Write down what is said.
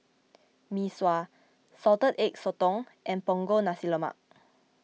Mee Sua Salted Egg Sotong and Punggol Nasi Lemak